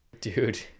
Dude